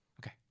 Okay